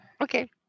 Okay